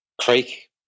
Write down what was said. creek